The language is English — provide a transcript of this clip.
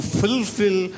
fulfill